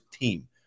team